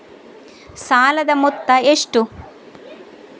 ಸಾಲದ ಮೊತ್ತ ಎಷ್ಟು?